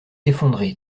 effondrée